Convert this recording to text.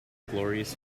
glorious